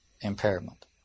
impairment